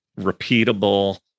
repeatable